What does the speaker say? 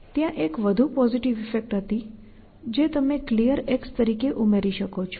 ત્યાં એક વધુ પોઝિટિવ ઈફેક્ટ હતી જે તમે Clear તરીકે ઉમેરી શકો છો